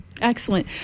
Excellent